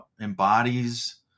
embodies